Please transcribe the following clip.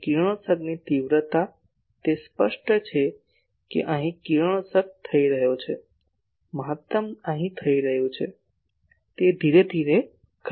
અને કિરણોત્સર્ગની તીવ્રતા તે સ્પષ્ટ છે કે અહીં કિરણોત્સર્ગ થઈ રહ્યો છે મહત્તમ અહીં થઈ રહ્યું છે તે ધીરે ધીરે ઘટી રહ્યું છે